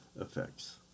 effects